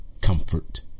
comfort